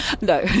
No